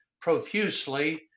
profusely